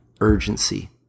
urgency